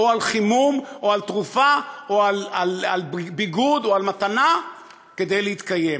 על חימום או על תרופה או על ביגוד או על מתנה כדי להתקיים.